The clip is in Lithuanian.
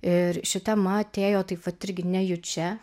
ir ši tema atėjo taip vat irgi nejučia